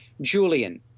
Julian